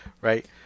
right